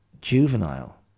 juvenile